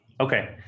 okay